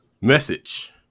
Message